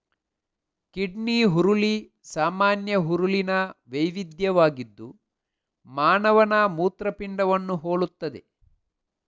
kidney ಹುರುಳಿ ಸಾಮಾನ್ಯ ಹುರುಳಿನ ವೈವಿಧ್ಯವಾಗಿದ್ದು ಮಾನವನ ಮೂತ್ರಪಿಂಡವನ್ನು ಹೋಲುತ್ತದೆ